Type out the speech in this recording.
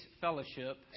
Fellowship